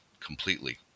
completely